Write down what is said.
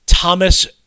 Thomas